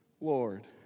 Lord